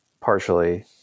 partially